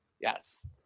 Yes